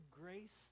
grace